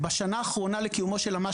בשנה האחרונה לקיומו של המס,